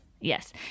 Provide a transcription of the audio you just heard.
Yes